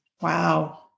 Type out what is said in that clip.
Wow